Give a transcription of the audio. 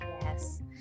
yes